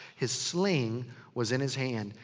his sling was in his hand,